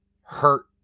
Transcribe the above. hurt